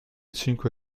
cinque